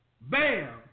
Bam